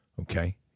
okay